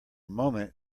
moment